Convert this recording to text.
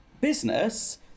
business